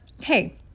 hey